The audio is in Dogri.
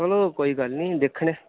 चलो कोई गल्ल निं दिक्खने आं